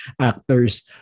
actors